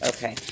Okay